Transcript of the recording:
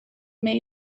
made